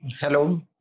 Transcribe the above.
Hello